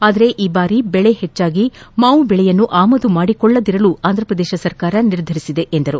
ಆದರೆ ಈ ಬಾರಿ ಬೆಳೆ ಹೆಚ್ಚಾಗಿ ಮಾವು ಬೆಳೆಯನ್ನು ಆಮದು ಮಾಡಿಕೊಳ್ಲದಿರಲು ಆಂಧ್ರಪ್ರದೇಶ ಸರ್ಕಾರ ನಿರ್ಧರಿಸಿದೆ ಎಂದರು